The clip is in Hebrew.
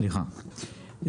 סליחה,